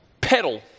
pedal